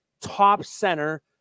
top-center